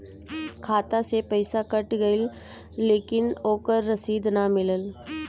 खाता से पइसा कट गेलऽ लेकिन ओकर रशिद न मिलल?